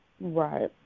Right